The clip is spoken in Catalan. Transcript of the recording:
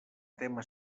tema